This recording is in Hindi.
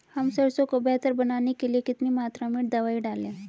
हम सरसों को बेहतर बनाने के लिए कितनी मात्रा में दवाई डालें?